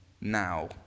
now